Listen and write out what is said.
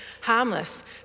harmless